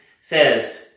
says